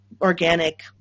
organic